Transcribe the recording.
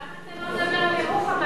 למה אתה לא מדבר על ירוחם,